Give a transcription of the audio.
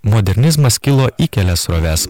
modernizmas kilo į kelias sroves